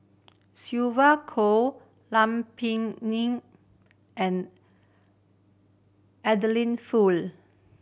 Sylvia Kho Lam Pin Nin and Adeline Foo